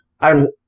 I'm-